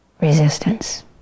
resistance